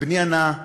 ובני ענה: